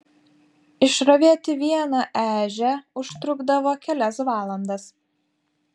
išravėti vieną ežią užtrukdavo kelias valandas